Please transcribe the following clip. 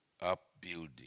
upbuilding